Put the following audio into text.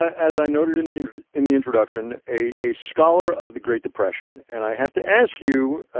as i noted, in the and in the introduction, a a scholar of the great depression, and i have to ask you,